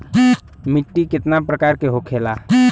मिट्टी कितना प्रकार के होखेला?